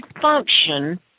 function